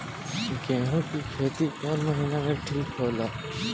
गेहूं के खेती कौन महीना में ठीक होला?